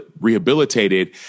rehabilitated